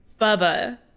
Bubba